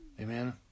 Amen